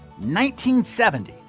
1970